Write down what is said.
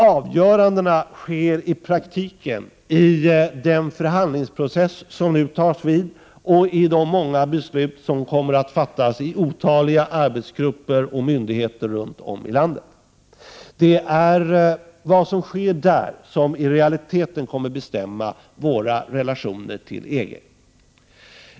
Avgörandena sker i praktiken i den förhandlingsprocess som nu tar vid och i de många beslut som nu kommer att fattas i otaliga arbetsgrupper och myndigheter runt om i landet. Det är vad som sker där som i realiteten kommer att bestämma våra relationer till EG.